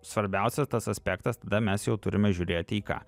svarbiausias tas aspektas tada mes jau turime žiūrėti į ką